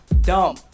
dumb